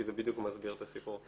כי זה בדיוק מסביר את הסיפור.